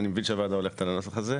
אני מבין שהוועדה הולכת על הנוסח הזה?